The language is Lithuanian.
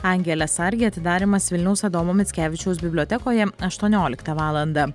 angele sarge atidarymas vilniaus adomo mickevičiaus bibliotekoje aštuonioliktą valandą